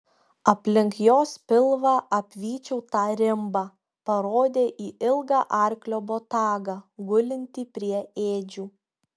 aplink jos pilvą apvyčiau tą rimbą parodė į ilgą arklio botagą gulintį prie ėdžių